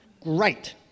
Great